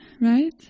right